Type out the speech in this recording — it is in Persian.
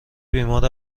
بیمار